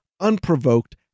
unprovoked